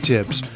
Tips